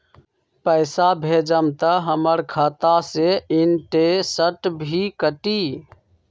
पैसा भेजम त हमर खाता से इनटेशट भी कटी?